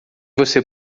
você